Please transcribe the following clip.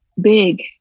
big